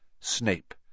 Snape